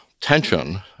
tension